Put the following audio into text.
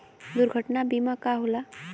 दुर्घटना बीमा का होला?